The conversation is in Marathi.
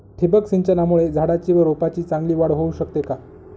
ठिबक सिंचनामुळे झाडाची व रोपांची चांगली वाढ होऊ शकते का?